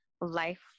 life